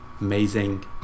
Amazing